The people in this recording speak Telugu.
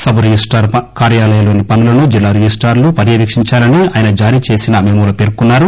సబ్ రిజిస్టార్ కార్యాలయాల్లోని పనులను జిల్లా రిజిస్టార్లు పర్యవేకించాలని ఆయన జారీచేసిన మెమోలో పేర్కొన్నారు